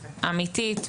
אמיתית,